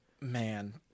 Man